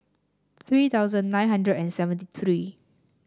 three thousand nine hundred and seventy three